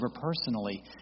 personally